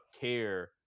care